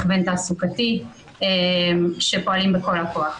הכוון תעסוקתי שפועלים בכל הכוח.